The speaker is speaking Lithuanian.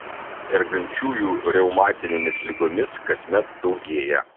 sergančiųjų reumatinėmis ligomis kasmet daugėja